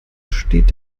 steht